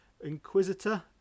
inquisitor